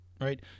right